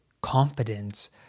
confidence